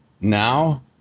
Now